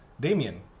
Damien